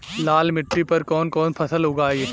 लाल मिट्टी पर कौन कौनसा फसल उगाई?